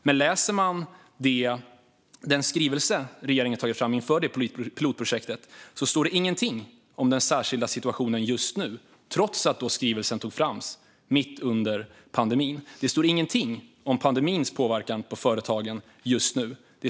Men i den skrivelse som regeringen tagit fram inför detta projekt står det inget om dagens särskilda situation, trots att skrivelsen togs fram mitt under pandemin. Det står inget om pandemins påverkan på företagen just nu.